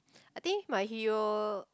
I think my hero